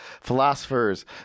philosophers